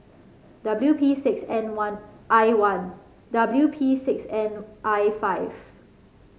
W P six N one I one W P six N I five